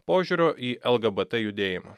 požiūrio į lgbt judėjimą